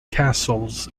castles